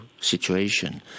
Situation